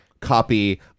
copy